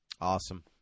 Awesome